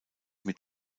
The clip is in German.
mit